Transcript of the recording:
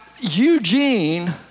Eugene